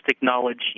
knowledge